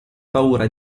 paura